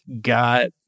got